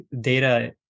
data